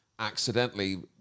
accidentally